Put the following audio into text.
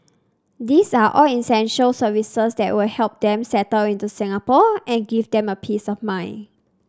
these are all essential services that will help them settle into Singapore and give them a peace of mind